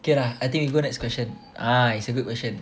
okay lah I think we go next question ah it's a good question